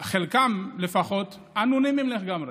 חלקם לפחות אנונימיים לגמרי,